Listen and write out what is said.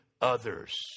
others